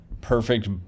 perfect